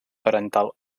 parental